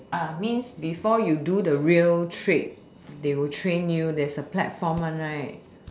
I means before you do the real trade they will train you there's a platform one right